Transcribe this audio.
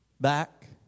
Back